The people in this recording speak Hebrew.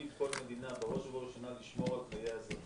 כי הרי תפקיד כל מדינה הוא בראש ובראשונה לשמור על חיי האזרחים.